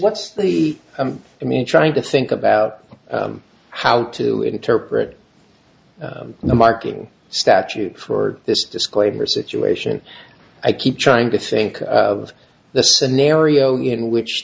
what's the i mean trying to think about how to interpret the marking statute for this disclaimer situation i keep trying to think of the scenario in which